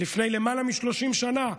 לפני למעלה מ-30 שנה.